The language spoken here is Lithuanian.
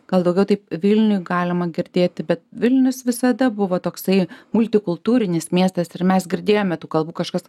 gal daugiau taip vilniuj galima girdėti bet vilnius visada buvo toksai multikultūrinis miestas ir mes girdėjome tų kalbų kažkas